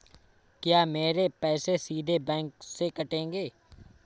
क्या मेरे पैसे सीधे बैंक से कटेंगे?